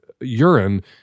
urine